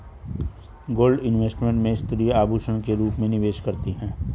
gold investment में स्त्रियां आभूषण के रूप में निवेश करती हैं